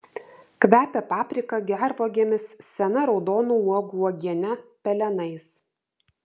kvepia paprika gervuogėmis sena raudonų uogų uogiene pelenais